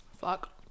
fuck